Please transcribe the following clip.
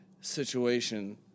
situation